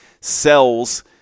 cells